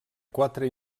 quatre